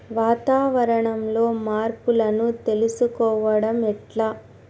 వాతావరణంలో మార్పులను తెలుసుకోవడం ఎట్ల?